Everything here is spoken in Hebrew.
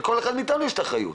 לכל אחד מאיתנו יש את האחריות.